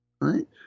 right